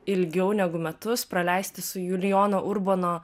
ilgiau negu metus praleisti su julijono urbono